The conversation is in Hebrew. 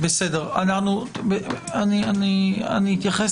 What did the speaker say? אני אתייחס